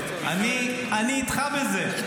אני איתך בזה.